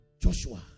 Joshua